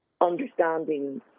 understanding